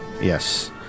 Yes